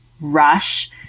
rush